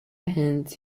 and